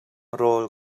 rawl